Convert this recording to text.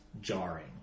jarring